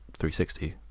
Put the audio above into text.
360